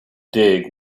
dig